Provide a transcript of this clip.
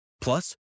Plus